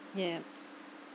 yeah